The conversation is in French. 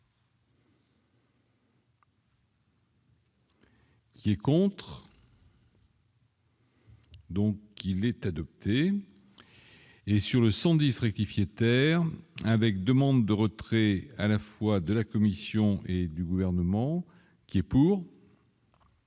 Les contrats. Donc il est adopté et sur le 110 rectifier terme avec demande de retrait à la fois de la Commission et du gouvernement qui est pour.